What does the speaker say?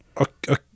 Okay